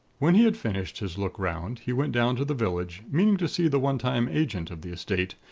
when he had finished his look round, he went down to the village, meaning to see the one-time agent of the estate,